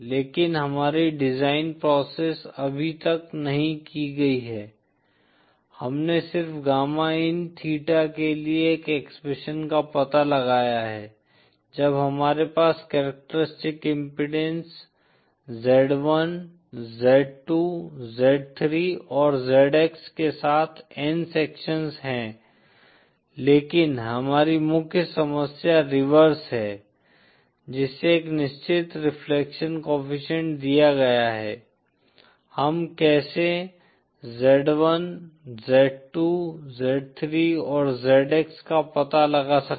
लेकिन हमारी design process अभी तक नहीं की गई है हमने सिर्फ गामा इन थीटा के लिए एक एक्सप्रेशन का पता लगाया है जब हमारे पास characteristics impedance z1 z2 z3 और zx के साथ n सेक्शंस हैं लेकिन हमारी मुख्य समस्या रिवर्स है जिसे एक निश्चित रिफ्लेक्शन कोएफ़िशिएंट दिया गया है हम कैसे z1 z2 z3 और zx का पता लगा सकते हैं